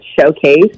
showcase